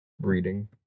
reading